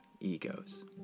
egos